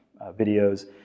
videos